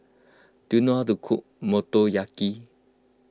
do you know the cook Motoyaki